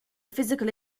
physical